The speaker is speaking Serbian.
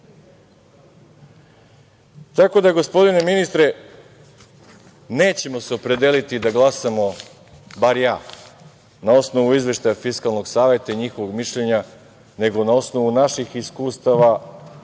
pare. Tako da, gospodine ministre, nećemo se opredeliti da glasamo, bar ja, na osnovu izveštaja Fiskalnog saveta i njihovog mišljenja, nego na osnovu naših iskustava